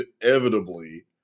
inevitably